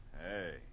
Hey